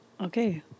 Okay